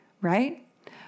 right